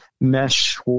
mesh